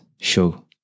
show